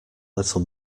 little